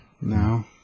No